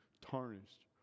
tarnished